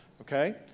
Okay